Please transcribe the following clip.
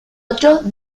otros